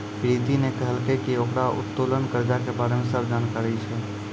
प्रीति ने कहलकै की ओकरा उत्तोलन कर्जा के बारे मे सब जानकारी छै